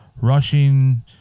rushing